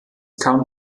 kam